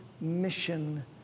mission